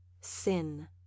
sin